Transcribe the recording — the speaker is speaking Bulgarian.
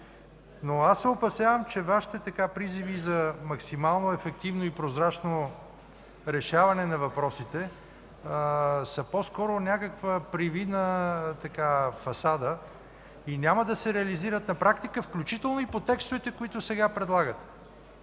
органи. Опасявам се, че Вашите призиви за максимално, ефективно и прозрачно решаване на въпросите са по-скоро някаква привидна фасада и няма да се реализират на практика, включително и по текстовете, които сега предлагате.